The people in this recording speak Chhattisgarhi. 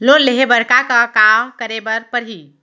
लोन लेहे बर का का का करे बर परहि?